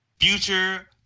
Future